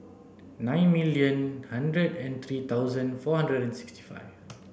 nine million hundred and three thousand four hundred and sixty five